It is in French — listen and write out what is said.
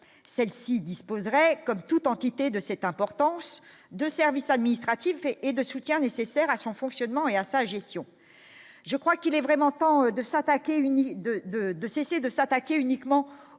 celle-ci disposerait comme toute entité de cette importance de services administratifs et de soutien nécessaires à son fonctionnement et à sa gestion, je crois qu'il est vraiment temps de s'attaquer une idée de, de, de cesser